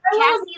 cassie